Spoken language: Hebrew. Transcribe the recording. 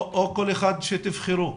או כל אחד שתבחרו.